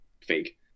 fake